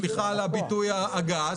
סליחה על הביטוי הגס.